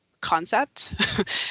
concept